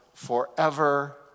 Forever